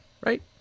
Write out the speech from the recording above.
Right